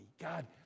God